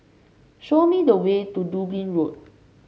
show me the way to Dublin Road